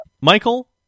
Michael